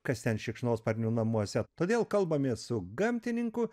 kas ten šikšnosparnių namuose todėl kalbamės su gamtininku